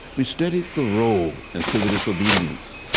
we studied thoreau and civil disobedience.